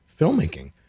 filmmaking